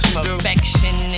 Perfection